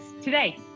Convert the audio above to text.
today